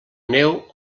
neu